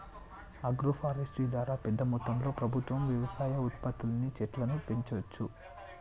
agro forestry ద్వారా పెద్ద మొత్తంలో ప్రభుత్వం వ్యవసాయ ఉత్పత్తుల్ని చెట్లను పెంచవచ్చు